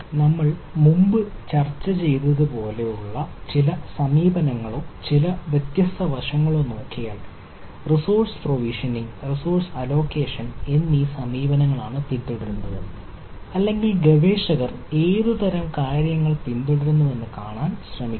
നമ്മൾ മുമ്പ് ചർച്ച ചെയ്തതുപോലുള്ള ചില സമീപനങ്ങളോ ചില വ്യത്യസ്ത വശങ്ങളോ നോക്കിയാൽ റിസോഴ്സ് പ്രൊവിഷനിംഗ് റിസോഴ്സ് അലോക്കേഷൻ എന്നീ സമീപനങ്ങളാണ് പിന്തുടരുന്നത് അല്ലെങ്കിൽ ഗവേഷകർ ഏതുതരം കാര്യങ്ങളിൽ പിന്തുടരുന്നുവെന്ന് കാണാൻ ശ്രമിക്കുക